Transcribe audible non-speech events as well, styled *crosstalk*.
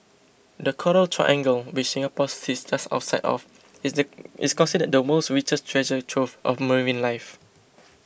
the coral triangle which Singapore sits just outside of is *unintelligible* is considered the world's richest treasure trove of marine life